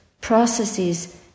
processes